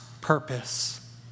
purpose